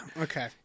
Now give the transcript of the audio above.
okay